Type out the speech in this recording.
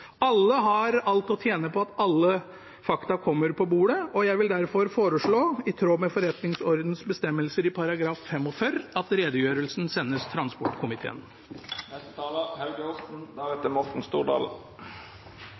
Alle har alt å tjene på at alle fakta kommer på bordet. Jeg vil derfor foreslå, i tråd med forretningsordenens bestemmelser i § 45, at redegjørelsen sendes